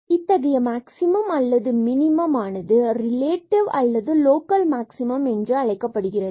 மற்றும் இத்தகைய மேக்ஸிமம் அல்லது மினிமம் ஆனது ரிலேட்டிவ் அல்லது லோக்கல் மேக்ஸிமம் என்றழைக்கப்படுகிறது